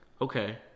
Okay